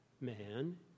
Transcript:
man